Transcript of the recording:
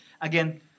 Again